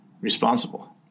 responsible